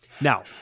Now